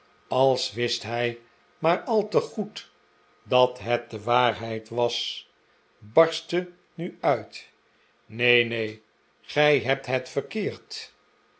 als wist hij maar al te goed dat het de waarheid was barstte nu uit neen neen gij hebt het verkeerd